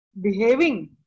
behaving